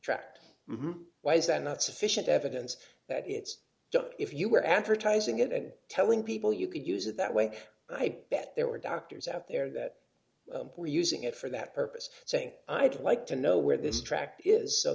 tract why is that not sufficient evidence that it's if you were advertising it and telling people you could use it that way i'd bet there were doctors out there that were using it for that purpose saying i'd like to know where this tract is so